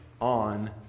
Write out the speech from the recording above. on